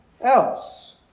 else